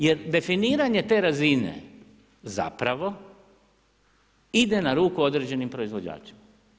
Jer definiranje te razine zapravo ide na ruku određenim proizvođačima.